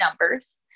numbers